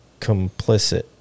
complicit